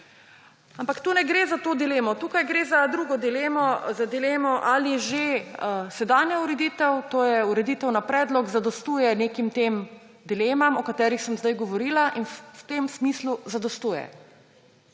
Ampak tu ne gre za to dilemo. Tukaj gre za drugo dilemo, za dilemo, ali že sedanja ureditev, to je ureditev na predlog, zadostuje dilemam, o katerih sem zdaj govorila. V tem smislu zadostuje.